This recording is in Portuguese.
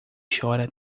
chora